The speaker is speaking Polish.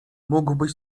mógłbyś